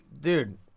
dude